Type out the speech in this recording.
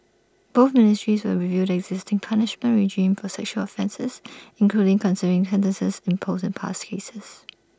both ministries will review the existing punishment regime for sexual offences including considering sentences imposed in past cases